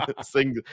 sing